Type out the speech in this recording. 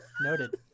noted